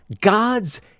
God's